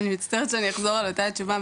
אני מצטערת שאני אחזור על אותה התשובה,